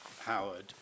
Howard